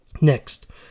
Next